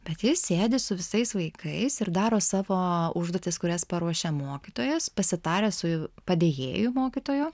bet jis sėdi su visais vaikais ir daro savo užduotis kurias paruošė mokytojas pasitaręs su padėjėju mokytojo